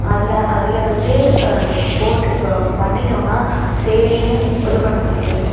அதில் அதில் வந்து போட் இப்போ ஒன்று பண்ணிவிட்டோன்னா சரின்னு இது பண்ண முடியாது